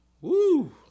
Woo